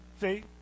See